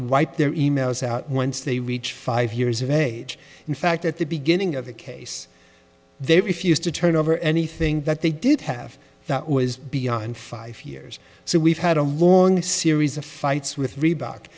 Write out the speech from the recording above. are e mails out once they reach five years of age in fact at the beginning of the case they refused to turn over anything that they did have that was beyond five years so we've had a long series of fights with reebok